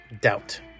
doubt